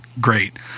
great